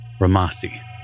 Ramasi